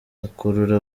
akurura